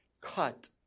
cut